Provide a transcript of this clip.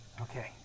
Okay